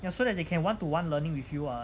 ya so that they can want to one learning with you [what]